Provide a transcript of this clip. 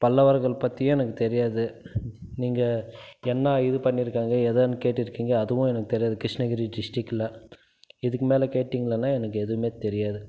பல்லவர்கள் பற்றியும் எனக்கு தெரியாது நீங்கள் என்ன இது பண்ணியிருக்காங்க எதுன்னு கேட்டிருக்கீங்க அதுவும் எனக்கு தெரியாது கிருஷ்ணகிரி டிஷ்டிக்டில் இதுக்கு மேல் கேட்டிங்களானால் எனக்கு எதுவுமே தெரியாது